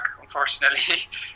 unfortunately